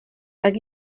tak